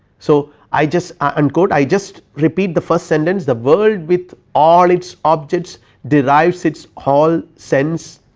so i just unquote, i just repeat the first sentence the world with all its objects derives its whole sense,